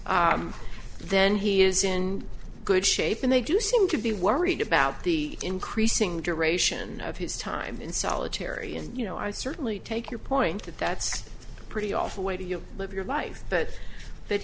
then he is in good shape and they do seem to be worried about the increasing duration of his time in solitary and you know i certainly take your point that that's pretty awful way to live your life but that